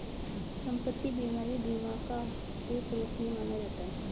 सम्पत्ति बीमा भी बीमा का एक रूप ही माना जाता है